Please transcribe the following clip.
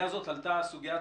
סוגית